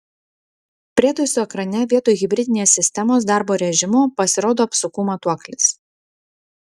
prietaisų ekrane vietoj hibridinės sistemos darbo režimo pasirodo apsukų matuoklis